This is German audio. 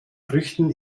früchten